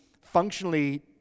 functionally